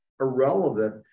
irrelevant